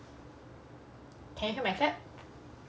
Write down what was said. can you hear my